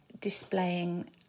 displaying